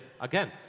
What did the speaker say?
again